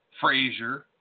Frasier